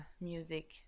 music